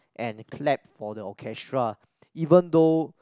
and clap for the orchestra even though